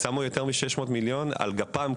שמו יותר מ-600 מיליון על גפ"מ,